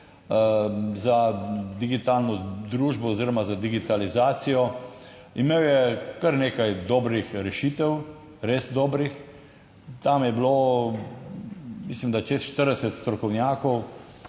za digitalno družbo oziroma za digitalizacijo. Imel je kar nekaj dobrih rešitev, res dobrih, tam je bilo, mislim, da čez 40 strokovnjakov,